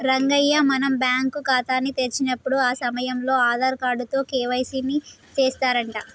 రంగయ్య మనం బ్యాంకు ఖాతాని తెరిచేటప్పుడు ఆ సమయంలో ఆధార్ కార్డు తో కే.వై.సి ని సెత్తారంట